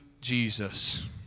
Jesus